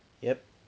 yup